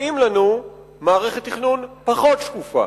מציעים לנו מערכת תכנון פחות שקופה,